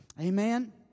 Amen